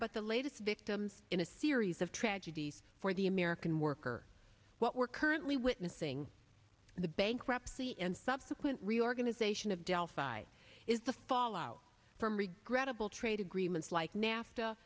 but the latest victims in a series of tragedies for the american worker what we're currently witnessing in the bankruptcy and subsequent reorganization of delphi is the fallout from regrettable trade agreements like nafta